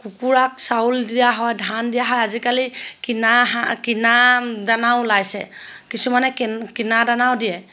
কুকুৰাক চাউল দিয়া হয় ধান দিয়া হয় আজিকালি কিনা হাঁহ কিনা দানাও ওলাইছে কিছুমানে কিন্ কিনা দানাও দিয়ে